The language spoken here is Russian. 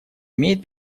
имеет